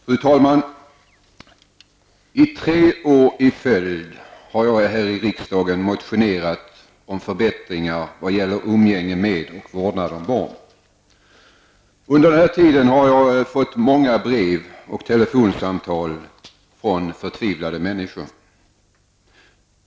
Fru talman! I tre år i följd har jag i riksdagen motionerat om förbättringar vad gäller umgänge med och vårdnad om barn. Under denna tid har jag fått många brev och telefonsamtal från förtvivlade människor.